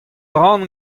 ran